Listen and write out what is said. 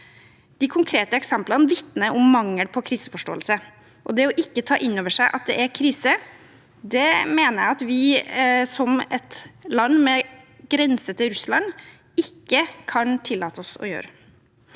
De konkrete eksemplene vitner om mangel på kriseforståelse, og det å ikke ta inn over seg at det er krise, mener jeg at vi som et land med grense til Russland ikke kan tillate oss å gjøre.